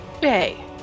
Bay